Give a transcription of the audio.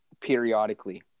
periodically